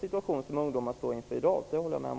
Det håller jag också med om.